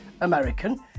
American